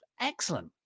Excellent